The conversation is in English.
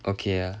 okay ah